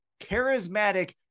charismatic